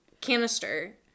canister